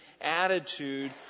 attitude